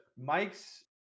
mike's